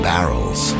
barrels